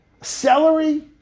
Celery